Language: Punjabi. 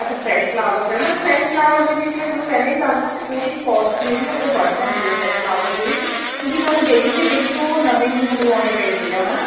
ਅੱਛਾ fresh flower ma'am fresh flower ਦੇ ਵਿੱਚ ਮੈਂ ਤੁਹਾਨੂੰ ਪਹਿਲਾਂ ਹੀ ਦੱਸਦਾ ਕਿ ਥੋੜੀ ਜਿਹੀ ਕੋਸਟ ਜਿਹੜੀ ਹੈ ਉਹ ਵੱਧ ਜਾਂਦੀ ਆ ਫ੍ਰੈਸ਼ ਫਲਾਵਰਸ ਦੇ ਵਿੱਚ ਕਿਉਂਕਿ ਸਾਨੂੰ ਡੇਲੀ ਦੇ ਡੇਲੀ ਉਹ ਨਵੇਂ ਹੀ ਮੰਗਵਾਉਣੇ ਪੈਂਦੇ ਹੈ